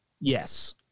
Yes